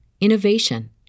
innovation